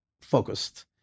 focused